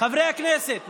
חברי הכנסת,